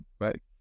right